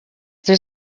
there